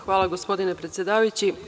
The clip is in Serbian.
Hvala gospodine predsedavajući.